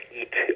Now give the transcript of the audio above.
eat